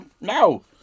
No